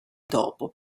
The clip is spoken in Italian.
dopo